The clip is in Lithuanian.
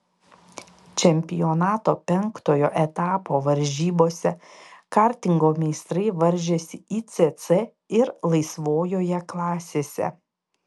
čempionato penktojo etapo varžybose kartingo meistrai varžėsi icc ir laisvojoje klasėse